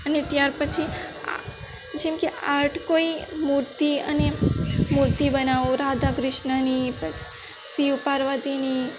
અને ત્યારપછી જેમકે આર્ટ કોઈ મૂર્તિ અને મૂર્તિ બનાવો રાધા ક્રિશ્નની પછી શિવ પાર્વતીની